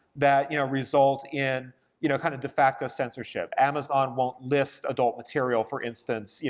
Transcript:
that you know result in you know kind of de facto censorship. amazon won't list adult material, for instance, yeah